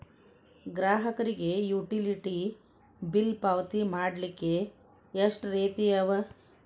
ಗ್ರಾಹಕರಿಗೆ utility bill ಪಾವತಿ ಮಾಡ್ಲಿಕ್ಕೆ ಎಷ್ಟ ರೇತಿ ಅವ?